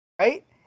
right